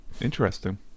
interesting